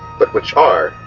but which are,